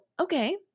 okay